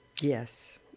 Yes